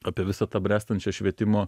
apie visą tą bręstančią švietimo